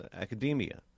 academia